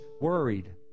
worried